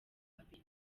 babiri